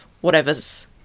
whatever's